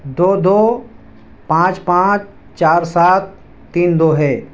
دو دو پانچ پانچ چار سات تین دو ہے